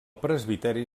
presbiteri